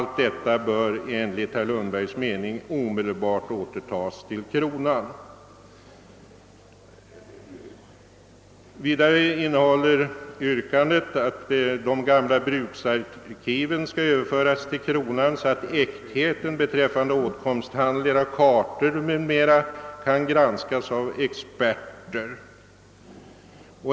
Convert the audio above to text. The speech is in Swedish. Detta bör enligt herr Lundbergs mening omedelbart kunna återtas av kronan. Vidare innebär yrkandet att de gamla bruksarkiven skall överföras till kronan, så att äktheten hos åtkomsthandlingar, kartor etc. kan granskas av experter.